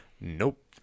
Nope